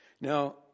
Now